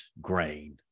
grain